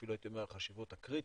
אפילו הייתי אומר החשיבות הקריטית,